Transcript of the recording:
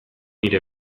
nire